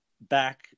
back